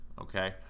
okay